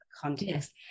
context